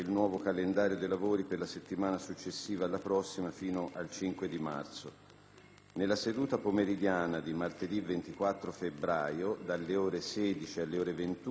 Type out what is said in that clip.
Nella seduta pomeridiana di martedì 24 febbraio - dalle ore 16 alle ore 21 - è anticipata la discussione delle mozioni sulla crisi dei mercati finanziari.